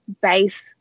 base